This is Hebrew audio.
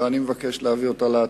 ואני מבקש להביא אותה להצבעה.